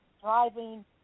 driving